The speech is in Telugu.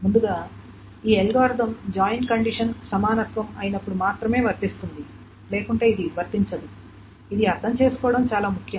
ముందుగా ఈ అల్గోరిథం జాయిన్ కండిషన్ సమానత్వం అయినప్పుడు మాత్రమే వర్తిస్తుంది లేకుంటే ఇది వర్తించదు ఇది అర్థం చేసుకోవడం చాలా ముఖ్యం